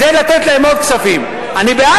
זה לתת להם עוד כספים.